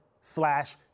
slash